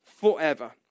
forever